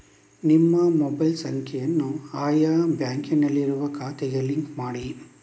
ನಿಮ್ಮ ಮೊಬೈಲ್ ಸಂಖ್ಯೆಯನ್ನು ಆಯಾ ಬ್ಯಾಂಕಿನಲ್ಲಿರುವ ಖಾತೆಗೆ ಲಿಂಕ್ ಮಾಡಿ